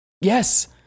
Yes